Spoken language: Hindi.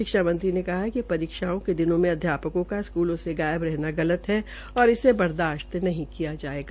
शिक्षा मंत्री ने कहा कि परीक्षाओं के दिनों के अध्यापकों का स्क्लों में गायब रहना गलत है और इसे बर्दाश्त नहीं किया जायेगा